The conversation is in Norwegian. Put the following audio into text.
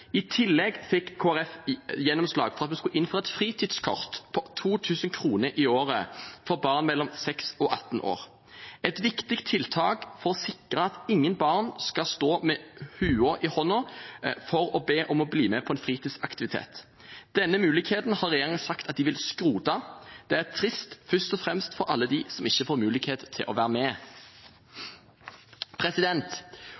I tillegg fikk Kristelig Folkeparti gjennomslag for at vi skulle innføre et fritidskort på 2 000 kr i året for barn mellom 6 år og 18 år – et viktig tiltak for å sikre at ingen barn skal stå med lua i handa for å be om å bli med på en fritidsaktivitet. Denne muligheten har regjeringen sagt at de vil skrote. Det er trist – først og fremst for alle dem som ikke får mulighet til å være